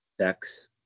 sex